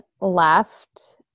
left